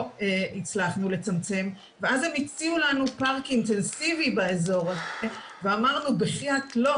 הצלחנו לצמצם ואז הם הציעו לנו פארק אינטנסיבי באזור ואמרנו 'לא,